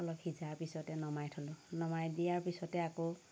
অলপ সিজাৰ পিছতে নমাই দিলোঁ নমাই দিয়াৰ পিছতে আকৌ